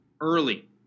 early